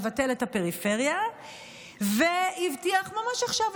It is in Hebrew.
לבטל את הפריפריה והבטיח ממש עכשיו,